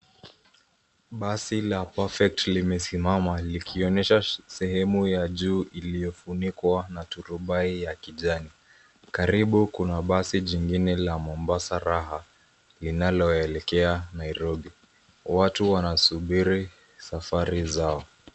Basi la Perfect limesimama likionyesha sehemu ya juu iliyo funikwa na turubai ya kijani. Karibu kuna basi jingine la Mombasa Raha linaloelekea Nairobi. Watu wanasubiri safari zao.